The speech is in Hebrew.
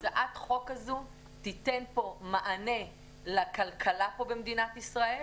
הצעת החוק הזאת תיתן פה מענה לכלכלה במדינת ישראל,